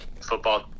football